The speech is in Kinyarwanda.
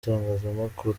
itangazamakuru